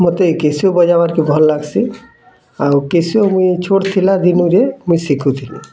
ମୋତେ କ୍ୟାସିଓ ବାଜାବାକେ ଭଲ୍ ଲାଗ୍ସି ଆଉ କ୍ୟାସିଓ ମୁଇଁ ଛୋଟ ଥିଲା ଦିନରୁ ମୁଇଁ ସିଖୁଥିଲି